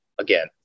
Again